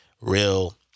real